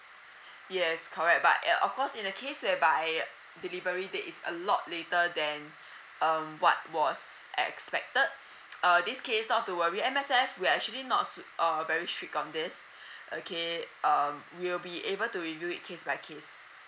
yes correct but ya of course in the case whereby delivery date is a lot later than um what was expected err this case not to worry M_S_F we are actually not so err very strict on this okay uh we will be able to review it case by case